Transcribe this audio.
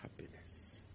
happiness